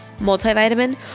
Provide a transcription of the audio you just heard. multivitamin